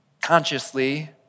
consciously